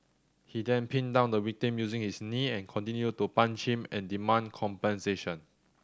he then pinned down the victim using his knee and continued to punch him and demand compensation